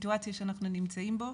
הסיטואציה שאנחנו נמצאים בה,